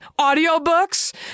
audiobooks